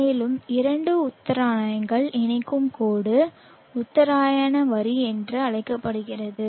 மேலும் இரண்டு உத்தராயணங்களை இணைக்கும் கோடு உத்தராயண வரி என்று அழைக்கப்படுகிறது